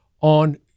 on